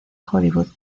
hollywood